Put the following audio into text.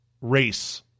race